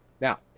Now